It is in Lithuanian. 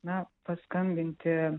na paskambinti